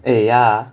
诶呀